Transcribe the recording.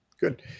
Good